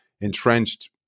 entrenched